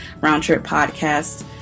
roundtrippodcast